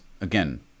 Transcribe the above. again